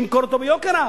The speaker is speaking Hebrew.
וימכור אותו ביוקר רב.